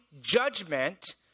judgment